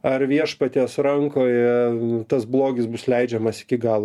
ar viešpaties rankoje tas blogis bus leidžiamas iki gal